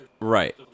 Right